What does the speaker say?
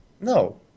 No